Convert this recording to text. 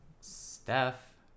Steph